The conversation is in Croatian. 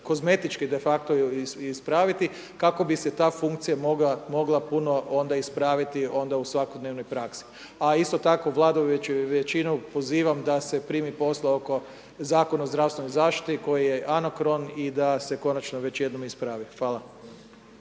kozmetički de facto ispraviti kako bi se ta funkcija mogla puno onda ispraviti onda u svakodnevnoj praksi. A isto tako vladajuću većinu pozivam da se primi posla oko Zakona o zdravstvenoj zaštiti koji je anakron i da se konačno već jednom ispravi. Hvala.